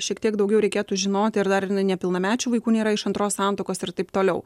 šiek tiek daugiau reikėtų žinoti ar dar ir nepilnamečių vaikų nėra iš antros santuokos ir taip toliau